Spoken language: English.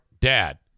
dad